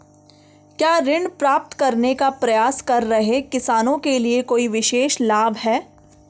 क्या ऋण प्राप्त करने का प्रयास कर रहे किसानों के लिए कोई विशेष लाभ हैं?